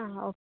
ಹಾಂ ಓಕೆ